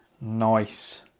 nice